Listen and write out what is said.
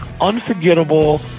unforgettable